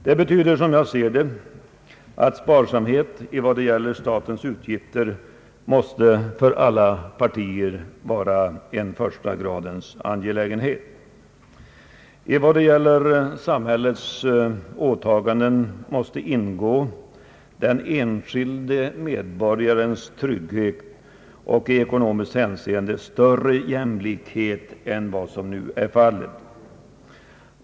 Det betyder, som jag ser det, att sparsamhet med statens utgifter för alla partier måste vara en första gradens angelägenhet. I vad det gäller samhällets åtaganden måste häri ingå den enskilde medborgarens trygghet och i ekonomiskt hänseende större jämlikhet än vad som nu är fallet.